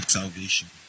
salvation